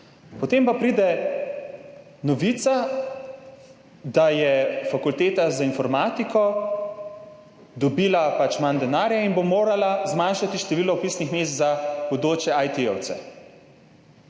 Potem pa pride novica, da je fakulteta za informatiko dobila manj denarja in bo morala zmanjšati število vpisnih mest za bodoče IT-jevce.